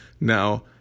Now